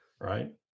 right